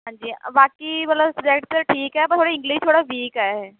ਹਾਂਜੀ ਬਾਕੀ ਮਤਲਬ ਸਬਜੈਕਟ 'ਚ ਠੀਕ ਹੈ ਬਸ ਥੋੜ੍ਹਾ ਜਿਹਾ ਇੰਗਲਿਸ਼ 'ਚ ਥੋੜ੍ਹਾ ਵੀਕ ਹੈ ਇਹ